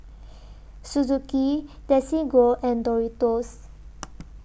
Suzuki Desigual and Doritos